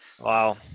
wow